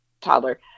toddler